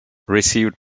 received